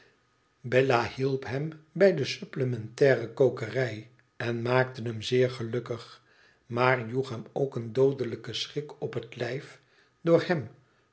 bella hielp hem bij de supplementaire kokerij en maakte hem zeer gelukkig maar joeg hem ook een doodelijken schrik op het lijf door hem